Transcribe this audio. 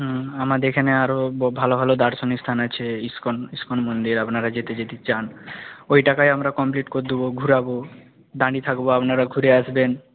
হুম আমাদের এখানে আরও ভালো ভালো দার্শনিক স্থান আছে ইসকন ইসকন মন্দির আপনারা যেতে যদি চান ওই টাকায় আমরা কমপ্লিট করে দেবো ঘোরাব দাঁড়িয়ে থাকব আপনারা ঘুরে আসবেন